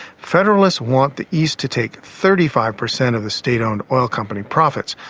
federalists want the east to take thirty five per cent of the state-owned oil company profits,